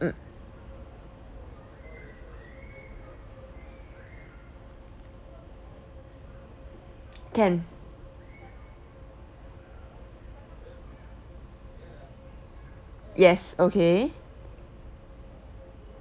mm can yes okay